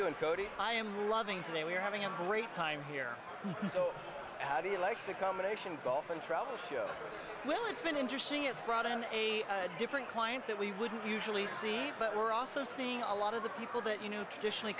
doing cody i'm loving today we're having a great time here so how do you like the combination golf and travel show well it's been interesting it's brought on a different client that we wouldn't usually see but we're also seeing a lot of the people that you know traditionally